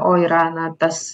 o yra na tas